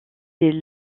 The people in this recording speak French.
dès